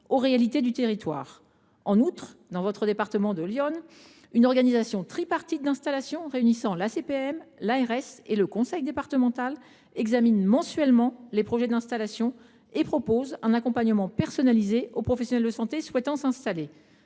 aux réalités du territoire. En outre, dans votre département de l’Yonne, une organisation tripartite d’installation réunissant la caisse primaire d’assurance maladie (CPAM), l’ARS et le conseil départemental examine mensuellement les projets d’installation et propose un accompagnement personnalisé aux professionnels de santé souhaitant s’installer.